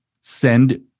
send